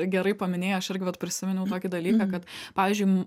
gerai paminėjai aš irgi vat prisiminiau tokį dalyką kad pavyzdžiui